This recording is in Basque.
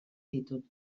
ditut